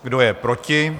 Kdo je proti?